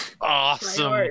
Awesome